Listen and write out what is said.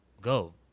go